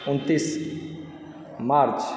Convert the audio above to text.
उनतीस मार्च